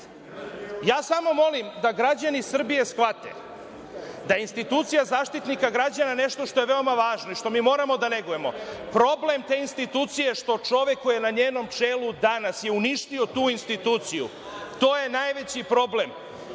samo molim da građani Srbije shvate da je institucija Zaštitnika građana nešto što je veoma važno i što mi moramo da negujemo. Problem te institucije je što čovek koji je na njenom čelu danas je uništio tu instituciju. To je najveći problem.